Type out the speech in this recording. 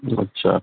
ہوں اچھا